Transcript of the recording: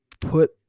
put